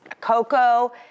cocoa